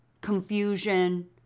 confusion